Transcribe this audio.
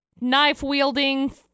knife-wielding